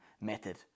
method